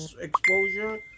exposure